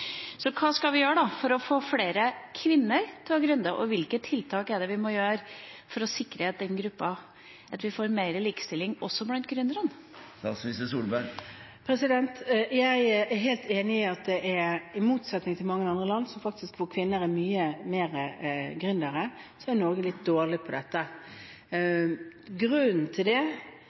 Hva skal vi gjøre for å få flere kvinner til å gründe, og hvilke tiltak må vi sette i verk for å sikre denne gruppen større likestilling også blant gründerne? Jeg er helt enig i at i motsetning til mange andre land, hvor kvinner er gründere i mye større grad, er Norge dårlig på dette. Grunnen til det